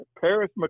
Paris